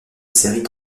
séries